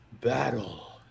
battle